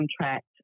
contract